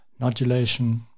nodulation